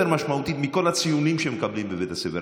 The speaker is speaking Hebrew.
משמעותית מכל הציונים שמקבלים בבית הספר.